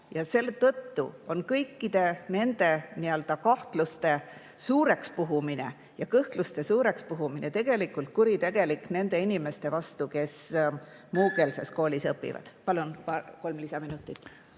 Selle tõttu on kõikide nende kahtluste ja kõhkluste suureks puhumine tegelikult kuritegelik nende inimeste vastu, kes muukeelses koolis õpivad. Palun kolm lisaminutit.